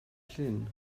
llyn